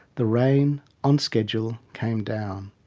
the rain on schedule came down.